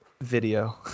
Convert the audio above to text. video